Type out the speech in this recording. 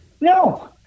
no